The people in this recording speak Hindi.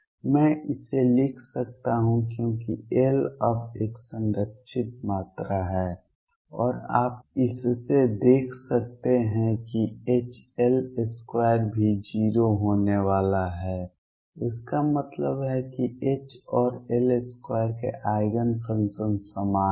मैं इसे लिख सकता हूं क्योंकि L अब एक संरक्षित मात्रा है और आप इससे देख सकते हैं कि H L2 भी 0 होने वाला है इसका मतलब है कि H और L2 के आइगेन फंक्शन समान हैं